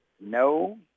No